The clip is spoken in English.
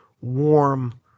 warm